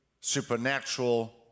supernatural